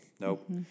nope